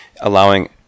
allowing